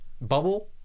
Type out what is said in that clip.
bubble